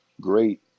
great